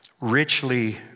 Richly